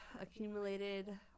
accumulated